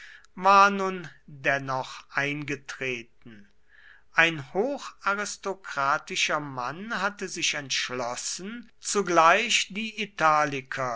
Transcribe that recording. war nun dennoch eingetreten ein hocharistokratischer mann hatte sich entschlossen zugleich die italiker